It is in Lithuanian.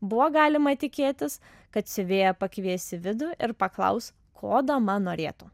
buvo galima tikėtis kad siuvėja pakvies į vidų ir paklaus ko dama norėtų